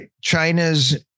China's